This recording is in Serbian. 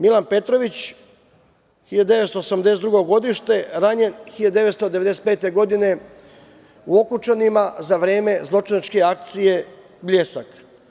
Milan Petrović 1982. godište, ranjen 1995. godine u Okučanima, za vreme zločinačke akcije „Bljesak“